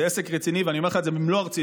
זה עסק רציני, ואני אומר לך את זה במלוא הרצינות,